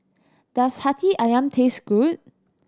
does Hati Ayam taste good